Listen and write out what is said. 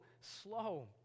slow